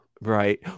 Right